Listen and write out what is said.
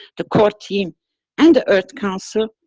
the core team and earth council,